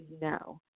no